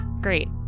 Great